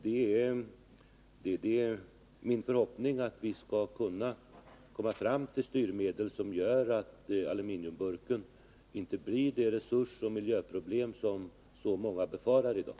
Det är min förhoppning att vi skall kunna komma fram till styrmedel som gör att aluminiumburken inte blir det resursoch miljöproblem som så många befarar i dag.